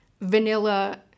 vanilla